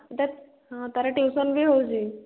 ତା ହଁ ତା'ର ଟ୍ୟୁସନ୍ ବି ହେଉଛି